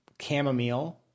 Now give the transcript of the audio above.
chamomile